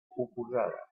oposada